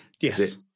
Yes